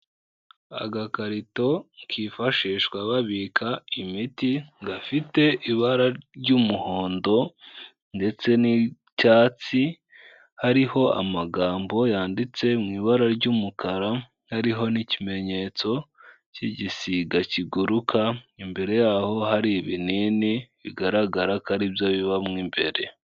Agakarito kifashishwa babika imiti gafite ibara ry'umuhondo ndetse n'icyatsi, hariho amagambo yanditse mu ibara ry'umukara, hariho n'ikimenyetso cy'igisiga kiguruka, imbere y’aho hari ibinini bigaragara ko ari byo bibamo imbere.